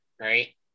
right